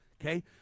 okay